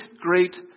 great